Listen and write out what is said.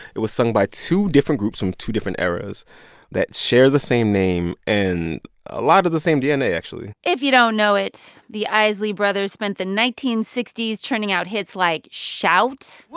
it was sung by two different groups from two different eras that share the same name and a lot of the same dna, actually if you don't know it, the isley brothers spent the nineteen sixty s churning out hits like shout. well,